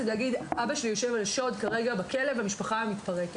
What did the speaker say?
ויגיד: אבא שלי יושב על שוד כרגע בכלא והמשפחה מתפרקת.